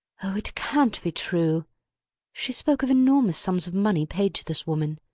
oh! it can't be true she spoke of enormous sums of money paid to this woman.